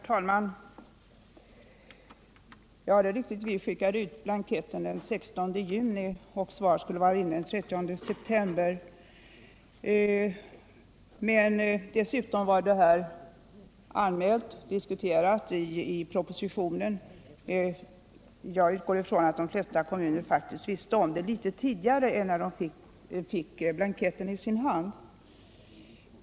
Herr talman! Det är riktigt att vi skickade ut blanketten den 16 juni och att svar skulle vara inne den 30 september. Dessutom hade detta anmälts och diskuterats i propositionen, så jag utgår från att man i de flesta kommuner visste om det litet tidigare än när man fick blanketten i sin hand.